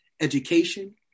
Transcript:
education